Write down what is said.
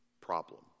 problem